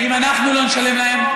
אם אנחנו לא נשלם להם,